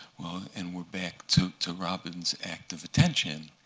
and we're back to to robin's act of attention,